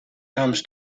comes